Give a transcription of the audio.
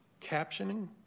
captioning